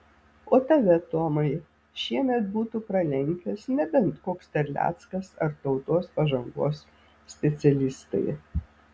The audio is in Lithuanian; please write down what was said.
o tave tomai šiemet būtų pralenkęs nebent koks terleckas ar tautos pažangos specialistai